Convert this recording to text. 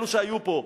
אלו שהיו פה,